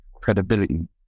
credibility